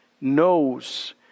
knows